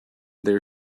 there